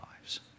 lives